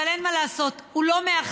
אבל אין מה לעשות, הוא לא מאכזב.